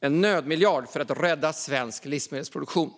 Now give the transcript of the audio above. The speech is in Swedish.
en nödmiljard för att rädda svensk livsmedelsproduktion.